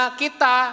kita